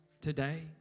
today